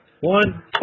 one